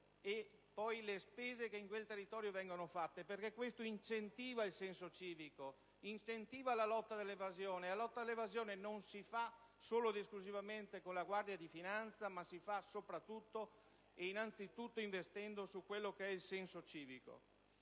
e le spese che in quel territorio vengono sostenute, perché questo incentiva il senso civico e la lotta all'evasione. La lotta all'evasione non si fa solo ed esclusivamente con la Guardia di finanza ma soprattutto e innanzitutto investendo sul senso civico.